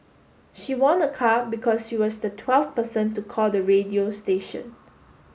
she won a car because she was the twelfth person to call the radio station